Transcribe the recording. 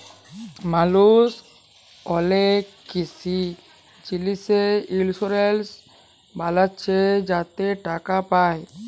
মালুস অলেক কিসি জিলিসে ইলসুরেলস বালাচ্ছে যাতে টাকা পায়